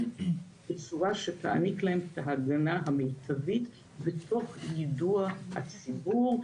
בצורה שתעניק להם את ההגנה המיטבית ותוך יידוע הציבור.